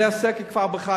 זה הסקר שכבר נעשה בחיפה.